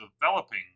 developing